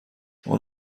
اون